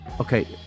Okay